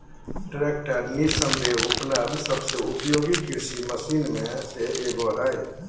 tractor निस्संदेह उपलब्ध सबसे उपयोगी कृषि मशीन में से एगो हइ